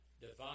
divine